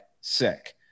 sick